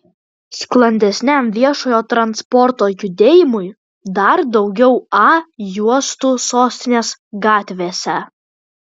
sklandesniam viešojo transporto judėjimui dar daugiau a juostų sostinės gatvėse